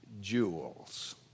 jewels